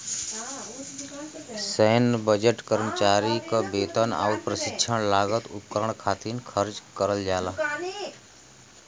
सैन्य बजट कर्मचारी क वेतन आउर प्रशिक्षण लागत उपकरण खातिर खर्च करल जाला